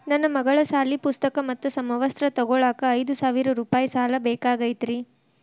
ನನ್ನ ಮಗಳ ಸಾಲಿ ಪುಸ್ತಕ್ ಮತ್ತ ಸಮವಸ್ತ್ರ ತೊಗೋಳಾಕ್ ಐದು ಸಾವಿರ ರೂಪಾಯಿ ಸಾಲ ಬೇಕಾಗೈತ್ರಿ